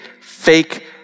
fake